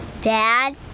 Dad